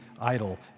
idol